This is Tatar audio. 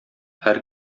һәр